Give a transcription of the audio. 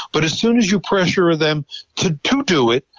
but as soon as you pressure them to to do it,